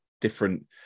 different